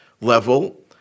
level